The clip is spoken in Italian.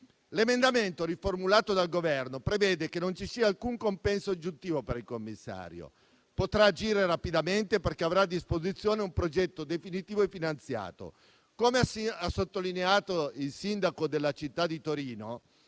L'emendamento, riformulato dal Governo, prevede che non ci sia alcun compenso aggiuntivo per il commissario, che potrà agire rapidamente, perché avrà a disposizione un progetto definitivo e finanziato. Come ha sottolineato il sindaco della città di Torino,